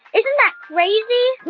isn't that crazy?